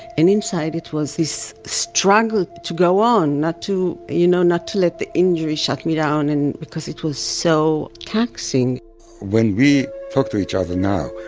and inside it was this struggle to go on, not to, you know, not to let the injury shut me down, and, because it was so taxing when we talk to each other now,